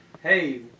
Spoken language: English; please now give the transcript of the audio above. hey